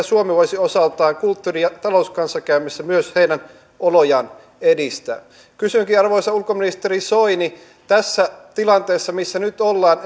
kielten suomi voisi osaltaan kulttuuri ja talouskanssakäymisessä myös heidän olojaan edistää kysynkin arvoisa ulkoministeri soini näettekö tässä tilanteessa missä nyt ollaan